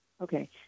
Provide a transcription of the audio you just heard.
Okay